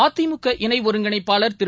அதிமுக இணைஒருங்கிணைப்பாளர் திரு